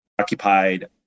occupied